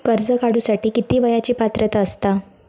कर्ज काढूसाठी किती वयाची पात्रता असता?